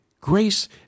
Grace